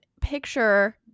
picture